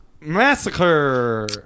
Massacre